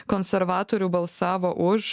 konservatorių balsavo už